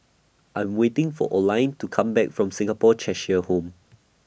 I'm waiting For Oline to Come Back from Singapore Cheshire Home